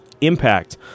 impact